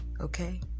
Okay